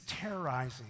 terrorizing